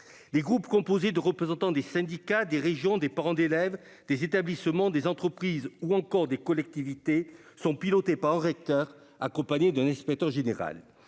Ces groupes, composés de représentants des syndicats, des régions, des parents d'élèves, des établissements, des entreprises ou encore des collectivités, sont pilotés par un recteur accompagné d'un inspecteur général.